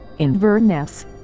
Inverness